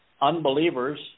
unbelievers